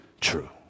true